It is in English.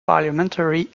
parliamentary